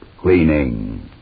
cleaning